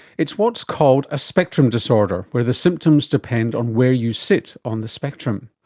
it's what's called a spectrum disorder, where the symptoms depend on where you sit on the spectrum.